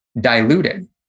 diluted